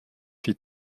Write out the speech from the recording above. fit